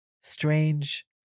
Strange